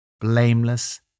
blameless